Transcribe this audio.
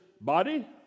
body